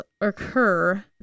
occur